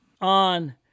on